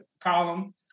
column